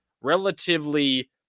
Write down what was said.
relatively